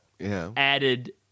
added